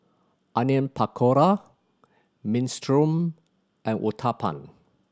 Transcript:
Onion Pakora Minestrone and Uthapam